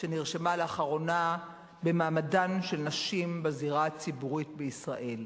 שנרשמה לאחרונה במעמדן של נשים בזירה הציבורית בישראל.